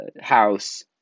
house